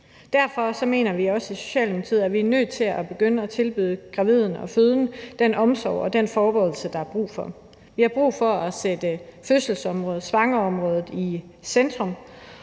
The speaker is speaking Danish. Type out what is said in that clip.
Derfor mener vi også i Socialdemokratiet, at vi er nødt til at begynde at tilbyde gravide og fødende den omsorg og den forberedelse, der er brug for. Vi har brug for at sætte fødselsområdet, svangreområdet, i centrum,